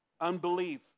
unbelief